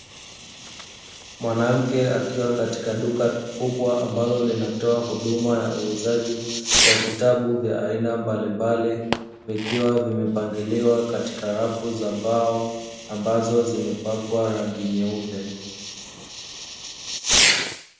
Mwanamke akiwa katika duka kubwa, ambalo linatoa huduma ya uuzaji wa vitabu vya aina mbalimbali; vikiwa vimepangiliwa katika rafu za mbao, ambazo zimepakwa rangi nyeupe.